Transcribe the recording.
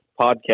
podcast